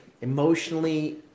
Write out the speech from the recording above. emotionally